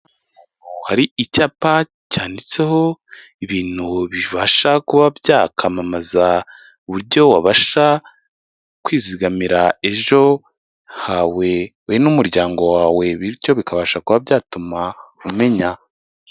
Hari icyapa cyanditseho ibintu bibasha kuba byakamamaza uburyo wabasha kwizigamira ejo hawe wowe n'umuryango wawe bityo bikabasha kuba byatuma umenya.